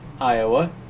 Iowa